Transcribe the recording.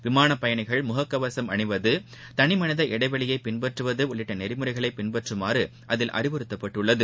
விமானப் பயணிகள் முகக்கவசம் அணிவது தனிமனித இடைவெளியை பின்பற்றுவது உள்ளிட்ட நெறிமுறைகளை பின்பற்றமாறு அதில் அறிவுறுத்தப்பட்டுள்ளது